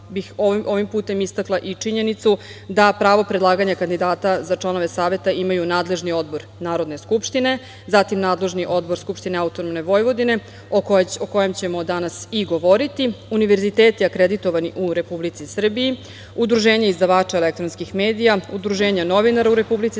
ovim putem istakla i činjenicu da pravo predlaganja kandidata za članove Saveta imaju nadležni odbor Narodne skupštine, zatim nadležni odbor Skupštine AP Vojvodine, o kojem ćemo danas i govoriti, univerziteti akreditovani u Republici Srbiji, udruženja izdavača elektronskih medija, udruženja novinara u Republici Srbiji,